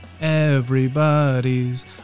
everybody's